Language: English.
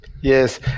yes